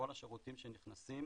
כל השירותים שנכנסים